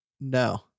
No